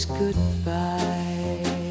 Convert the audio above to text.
goodbye